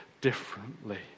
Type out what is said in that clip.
differently